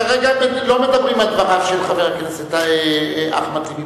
כרגע לא מדברים על דבריו של חבר הכנסת אחמד טיבי,